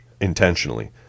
intentionally